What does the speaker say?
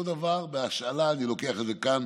אותו דבר, בהשאלה, אני לוקח את זה כאן